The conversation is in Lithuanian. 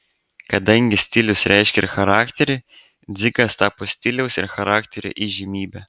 kadangi stilius reiškia ir charakterį dzigas tapo stiliaus ir charakterio įžymybe